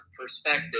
perspective